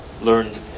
learned